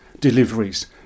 deliveries